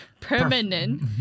Permanent